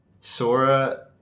Sora